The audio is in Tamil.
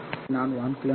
எனவே நான் 1 km